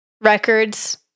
records